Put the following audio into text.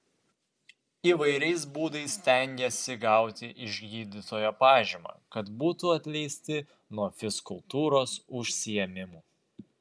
įvairiais būdais stengiasi gauti iš gydytojo pažymą kad būtų atleisti nuo fizkultūros užsiėmimų